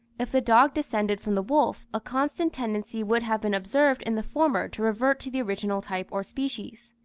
if the dog descended from the wolf, a constant tendency would have been observed in the former to revert to the original type or species.